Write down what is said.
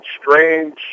strange